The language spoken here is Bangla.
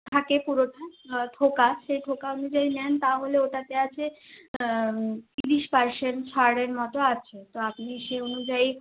থাকে পুরোটা থোকা সেই থোকা অনুযায়ী নেন তাহলে ওটাতে আছে তিরিশ পারসেন্ট ছাড়ের মতো আছে তো আপনি সেই অনুযায়ী